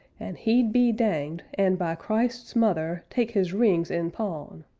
and he'd be danged! and by christ's mother take his rings in pawn!